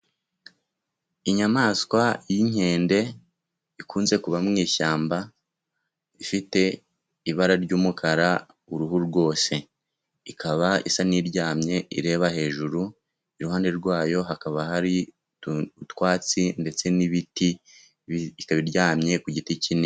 Inyamaswa y'inkende ikunze kuba mu ishyamba, ifite ibara ry'umukara uruhu rwose. Ikaba isa n'iryamye ireba hejuru, iruhande rwayo hakaba hari utwatsi ndetse n'ibiti, ikaba iryamye ku giti kinini.